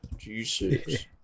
G6